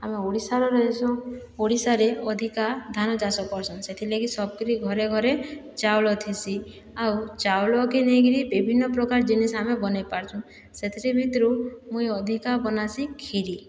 ଆମେ ଓଡ଼ିଶାରରେ ଏସବୁ ଓଡ଼ିଶାରେ ଅଧିକା ଧାନ ଚାଷ କରସନ୍ ସେଥିଲାଗି ସବ୍ କିରି ଘରେ ଘରେ ଚାଉଳ ଥିସି ଆଉ ଚାଉଳକେ ନେଇକିରି ବିଭିନ୍ନ ପ୍ରକାର ଜିନିଷ୍ ଆମେ ବନେଇ ପାରୁଛୁଁ ସେଥିରି ଭିତରୁ ମୁଇଁ ଅଧିକା ବନାସି କ୍ଷିରି